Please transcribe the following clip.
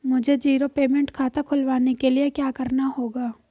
मुझे zero payment खाता खुलवाने के लिए क्या करना होगा?